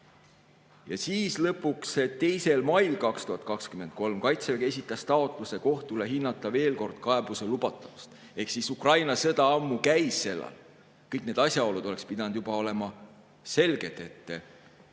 Ja siis lõpuks, 2. mail 2023 Kaitsevägi esitas taotluse kohtule hinnata veel kord kaebuse lubatavust. Ukraina sõda ammu käis sellal, kõik need asjaolud oleksid pidanud olema selged, et